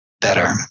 better